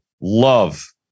love